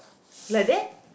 like that